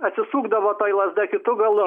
atsisukdavo tai lazda kitu galu